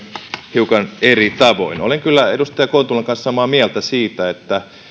hiukan eri tavoin olen kyllä edustaja kontulan kanssa samaa mieltä siitä että